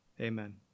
Amen